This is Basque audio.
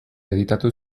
editatu